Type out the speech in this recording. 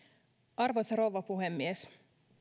arvoisa rouva puhemies